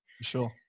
Sure